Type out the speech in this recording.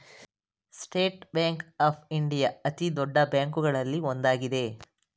state Bank of India ಅತಿದೊಡ್ಡ ಬ್ಯಾಂಕುಗಳಲ್ಲಿ ಒಂದಾಗಿದೆ